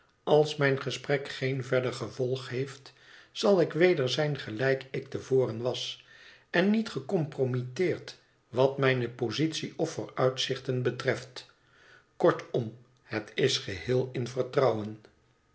als mijn gesprek geen verder gevolg heeft zal ik weder zijn gelijk ik te voren was en niet gecompromitteerd wat mijne positie of vooruitzichten betreft kortom het is geheel in vertrouwen